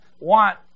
want